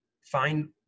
find